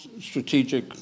strategic